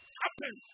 happen